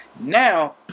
Now